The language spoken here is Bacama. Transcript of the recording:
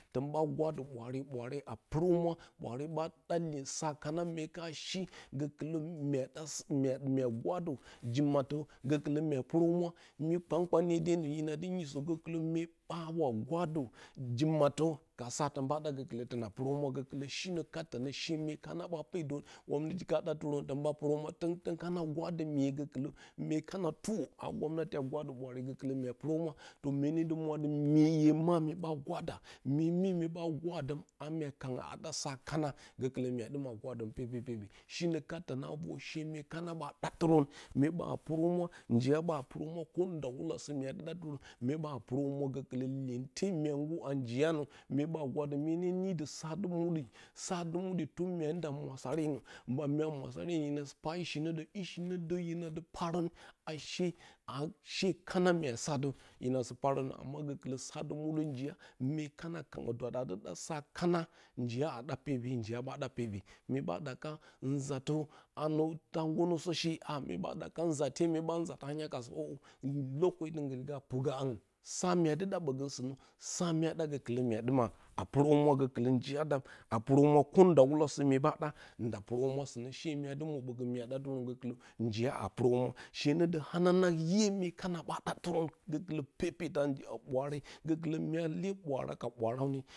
Toh ɓa gwadə ɓwaare, ɓwaare a a purohummura bwaare ɓa da li sa kana mye ka shi sokulə mua da maa guradə ji mattə gokulə mua purohumura mui kpankpanyedenə hina du nyisə gokɨlə mye ɓa wa gwadə ji madəs ka sa toh ɓa ɗa gokɨlə tona purohumwa gokɨlə shino kat tonə she mye kana pedorə ka ɗaterən ton ɓa purohumwatonton kana gwado miye gokɨlə mye kana tuwo a gomnati gwadə ɓwaare gokɨlə mya purohumwa mye ne dɨ mwa tɨ mue hye ma mye ɓa gwada mye mye mye ɓa gwadom a mua kango a ɗa sa kana gokɨlə mya dɨ ma gwadom pepe shino kat tona a vor she mya kana ɓa ɗa tɨrə humwa kondawulasə mua dɨ ɗa mye ba a purohuma gokɨə iyenke mya gur a njiya nə mye ba a guradom mye ne nidə sadɨ muɗɨ, sadɨ muɗɨ tun mua nda murasarenə ba mya mwasarenə hina sɨ pa ishi na də ishi nə də iha dɨ parau ashe a she kana mua sa hina parən nə ashe gokulə sa dɨ mudɨ a njiya mye kam kanyo dwat a dɨya ɗa sa kana njiya a ɗa pepe njiya ɓa ɗa pepe. Mye ɓa ɗaka nzate nnə myeta gonoso she daka nzate mye ɓa uza ta nyaka sə ngi purgturn haungu sa mya dɨ ɗa bogə sinə sa mya ɗa gokɨlə mya ɗɨma puro humwa gokɨlə nujiya də a puro humwa kondawulasə mya ɓa ndəa nda purohumwa sɨnə she mya dɨ mwo ɓogən mya ɗa girən gokɨlə njiya a purohumwa she nədə hananang iye myekana ɓa daftirə gollə pepetə ɓwaare gokɨlə mua le ɓuraare ka bwaraune.